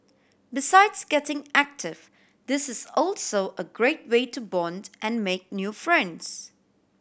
besides getting active this is also a great way to bond and make new friends